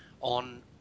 on